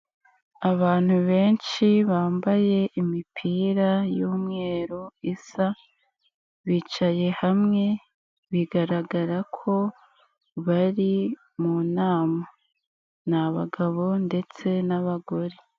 Abantu benshi bambaye imipira y'umweru isa, bicaye hamwe bigaragara ko bari mu nama, ni abagabo ndetse n'abagore.